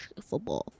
football